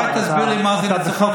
אולי תסביר לי מה זה ניצחון.